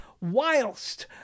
whilst